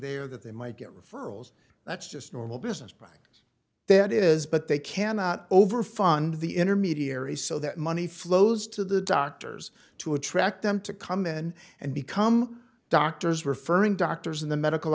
there that they might get referrals that's just normal business practice that is but they cannot over fund the intermediaries so that money flows to the doctors to attract them to come in and become doctors referring doctors in the medical